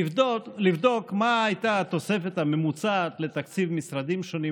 לבדוק מה הייתה התוספת הממוצעת לתקציב משרדים שונים,